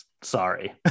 Sorry